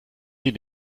die